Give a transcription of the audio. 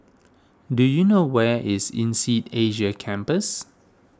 do you know where is Insead Asia Campus